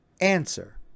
answer